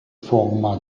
forma